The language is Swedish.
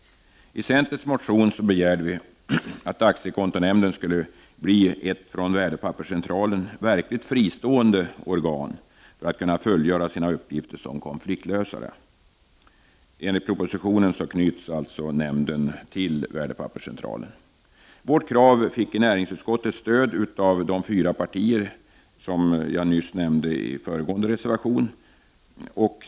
I vår motion från centern begärde vi att aktiekontonämnden skulle bli ett från Värdepapperscentralen verkligt fristående organ för att kunna fullgöra sina uppgifter som konfliktlösare. Enligt propositionen skall nämnden knytas till Värdepapperscentralen. Vårt krav fick i näringsutskottet stöd av de fyra partier som står bakom den reservation jag nyss nämnde.